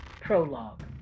Prologue